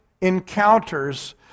encounters